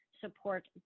support